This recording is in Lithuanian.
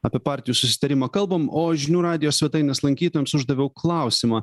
apie partijų susitarimą kalbam o žinių radijo svetainės lankytojams uždaviau klausimą